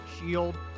shield